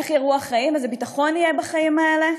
איך ייראו החיים, איזה ביטחון יהיה בחיים האלה.